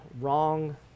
wrong